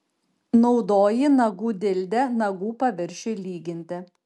naudoji nagų dildę nagų paviršiui lyginti